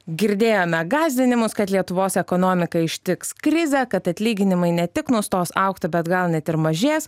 girdėjome gąsdinimus kad lietuvos ekonomiką ištiks krizė kad atlyginimai ne tik nustos augti bet gal net ir mažės